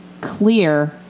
clear